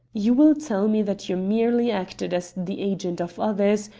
you will tell me that you merely acted as the agent of others,